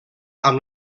amb